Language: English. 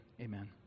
amen